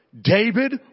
David